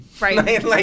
Right